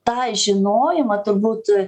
tą žinojimą turbūt